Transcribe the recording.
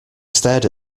stared